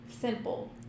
simple